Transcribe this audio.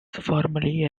formerly